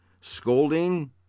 scolding